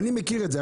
אני מכיר את זה.